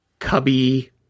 cubby